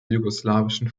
jugoslawischen